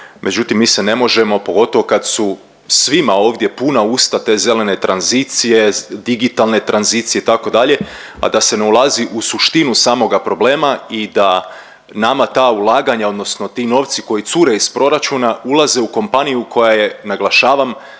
međutim mi se ne možemo, pogotovo kad su svima ovdje puna usta te zelene tranzicije, digitalne tranzicije itd., a da se ne ulazi u suštinu samoga problema i da nama ta ulaganja odnosno ti novci koji cure iz proračuna ulaze u kompaniju koja je naglašavam